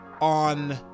on